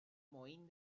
mohín